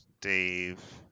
Dave